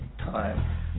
time